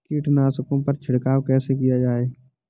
कीटनाशकों पर छिड़काव कैसे किया जाए?